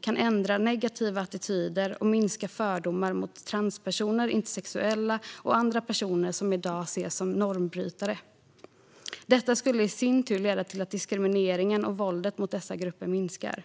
kan ändra negativa attityder och minska fördomar mot transpersoner, intersexuella och andra personer som i dag ses som normbrytare. Detta skulle i sin tur leda till att diskrimineringen och våldet mot dessa grupper minskar.